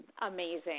amazing